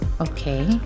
Okay